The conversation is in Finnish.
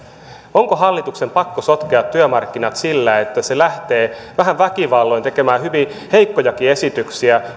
onko hallituksen pakko sotkea työmarkkinat sillä että se lähtee vähän väkivalloin tekemään hyvin heikkojakin esityksiä